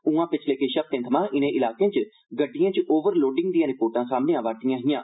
उआं पिच्छले किश हफ्तें थमां इनें इलाकें च गड्डिएं च ओवर लोडिंग दिआं रिपोर्टां सामने आवै'रदिआं हिआं